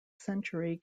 century